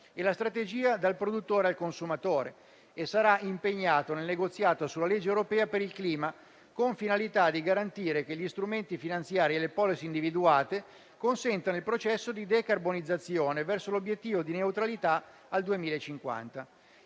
e la strategia «dal produttore al consumatore». Sarà altresì impegnato nel negoziato sulla legge europea per il clima, con la finalità di garantire che gli strumenti finanziari e le *policy* individuate consentano il processo di decarbonizzazione verso l'obiettivo di neutralità al 2050.